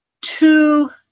two